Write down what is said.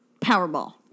Powerball